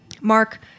Mark